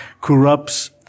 corrupts